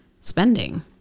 spending